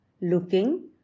looking